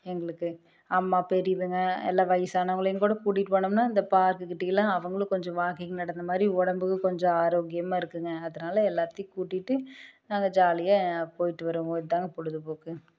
எங்களுக்கு அம்மா பெரியவங்க எல்லா வயசானவங்களையும் கூட கூட்டிட்டு போனோம்னால் இந்த பார்க் கிட்டலாம் அவங்களும் கொஞ்சம் வாக்கிங் நடந்த மாதிரி உடம்புக்கும் கொஞ்சம் ஆரோக்கியமாக இருக்குங்க அதனால் எல்லாத்தையும் கூட்டிட்டு நாங்கள் ஜாலியாக போய்ட்டு வருவோம் இதாங்க பொழுதுபோக்கு